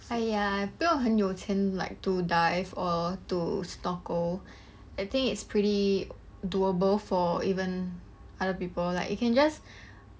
!aiya! 不用很有钱 like to dive or to snorkel I think it's pretty doable for even other people like you can just